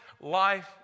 life